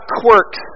quirks